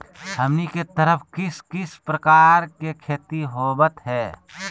हमनी के तरफ किस किस प्रकार के खेती होवत है?